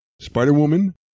Spider-Woman